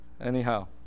Anyhow